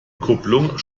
kupplung